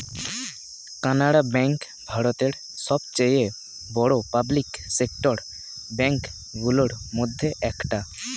Canara bank ভারতের সবচেয়ে বড় পাবলিক সেক্টর ব্যাঙ্ক গুলোর মধ্যে একটা